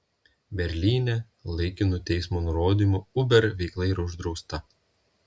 berlyne laikinu teismo nurodymu uber veikla yra uždrausta